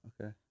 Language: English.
Okay